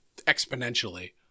exponentially